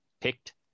Picked